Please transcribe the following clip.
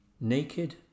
naked